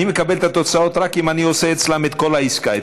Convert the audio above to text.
אני מקבל את התוצאות רק אם אני עושה אצלם את כל העסקה,